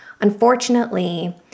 unfortunately